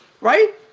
right